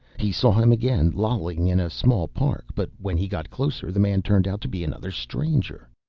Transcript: he saw him again, lolling in a small park, but when he got closer, the man turned out to be another stranger.